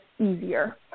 easier